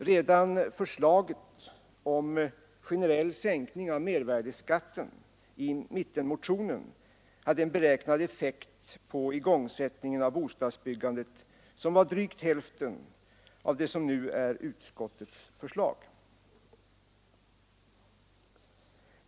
Redan förslaget om generell sänkning av mervärdeskatten i mittenmotionen hade en beräknad effekt på igångsättningen av bostadsbyggandet som var drygt hälften av det som nu är utskottets förslag.